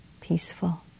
peaceful